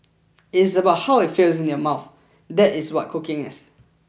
it is about how it feels in your mouth that is what cooking is